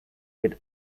with